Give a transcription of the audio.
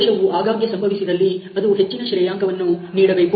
ದೋಷವು ಆಗಾಗ್ಗೆ ಸಂಭವಿಸಿದಲ್ಲಿ ಅದು ಹೆಚ್ಚಿನ ಶ್ರೇಯಾಂಕವನ್ನು ನೀಡಬೇಕು